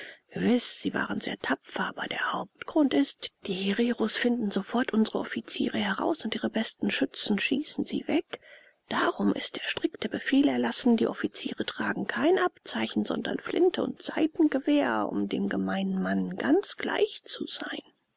gewiß sie waren sehr tapfer aber der hauptgrund ist die hereros finden sofort unsre offiziere heraus und ihre besten schützen schießen sie weg darum ist der strikte befehl erlassen die offiziere tragen kein abzeichen sondern flinte und seitengewehr um dem gemeinen mann ganz gleich zu sein